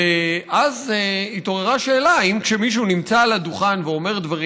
ואז התעוררה שאלה: האם כשמישהו נמצא על הדוכן ואומר דברים,